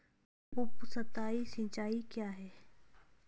उपसतही सिंचाई क्या है?